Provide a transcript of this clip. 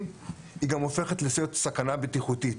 היא גם הופכת להיות סכנה בטיחותית.